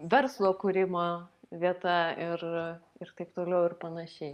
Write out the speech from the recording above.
verslo kūrimo vieta ir ir taip toliau ir panašiai